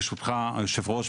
ברשותך יושב הראש,